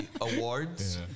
awards